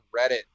Reddit